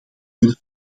willen